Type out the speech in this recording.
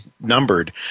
numbered